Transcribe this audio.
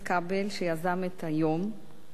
שיזם את היום הזה,